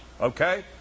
Okay